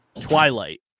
Twilight